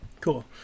Cool